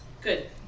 Good